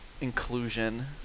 inclusion